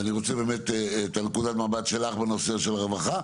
אז אני רוצה את נקודת המבט שלך בנושא של רווחה,